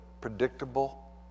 predictable